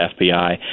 FBI